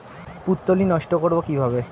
পুত্তলি নষ্ট করব কিভাবে?